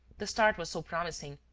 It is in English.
the start was so promising!